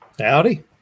Howdy